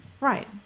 right